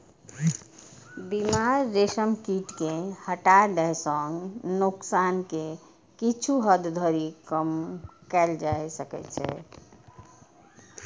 बीमार रेशम कीट कें हटा दै सं नोकसान कें किछु हद धरि कम कैल जा सकै छै